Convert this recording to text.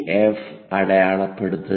F അടയാളപ്പെടുത്തുക